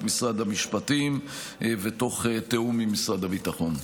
משרד המשפטים ותוך תיאום עם משרד הביטחון.